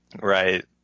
right